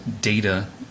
data